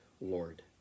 Lord